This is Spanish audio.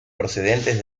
procedentes